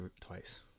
twice